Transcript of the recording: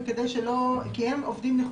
כי הם עובדים נחוצים,